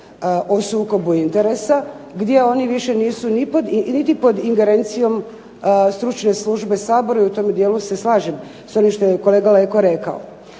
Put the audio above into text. o sukobu interesa, gdje oni nisu više niti pod ingerencijom Stručne službe Sabora i u tome dijelu se slažem s onim što je kolega Leko rekao.